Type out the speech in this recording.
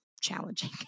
challenging